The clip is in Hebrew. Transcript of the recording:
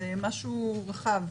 זה משהו רחב.